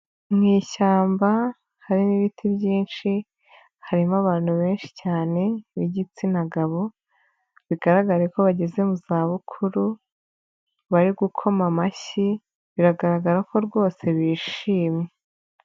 Mu ishyamba harimo ibiti byinshi, harimo abantu benshi cyane b'igitsina gabo, bigaragara ko bageze mu za bukuru, bari gukoma amashyi, biragaragara ko rwose bishimye.